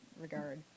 regard